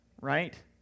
right